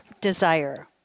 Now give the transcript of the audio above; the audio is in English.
desire